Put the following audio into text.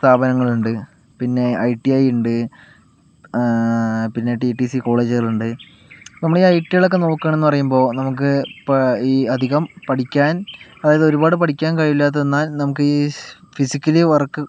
സ്ഥാപനങ്ങളുണ്ട് പിന്നെ I T I ഉണ്ട് പിന്നെ ടി ടി സി കോളേജുകളുണ്ട് നമ്മുടെ ഐ ടി ഐകളൊക്കെ നോക്കുകയാണെന്നു പറയുമ്പോൾ നമുക്ക് പ ഈ അധികം പഠിയ്ക്കാൻ അതായത് ഒരുപാട് പഠിയ്ക്കാൻ കഴിവില്ലാത്ത എന്നാൽ നമുക്കീ സ് ഫിസിയ്ക്കലി വർക്ക്